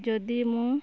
ଯଦି ମୁଁ